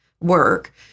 work